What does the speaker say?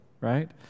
right